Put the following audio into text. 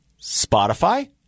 Spotify